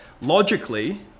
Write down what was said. logically